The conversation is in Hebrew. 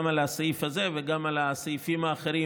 גם על הסעיף הזה וגם על הסעיפים האחרים